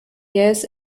jähes